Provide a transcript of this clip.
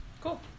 Cool